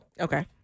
Okay